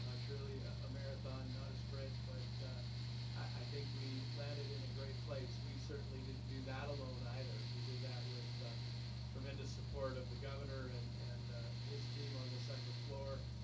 ah truly a marathon, not a sprint, but i think we landed in a great place. we certainly didn't do that alone either. we did that with tremendous support of the governor and and his team on the second floor,